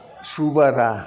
सु बारा